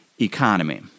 economy